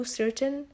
certain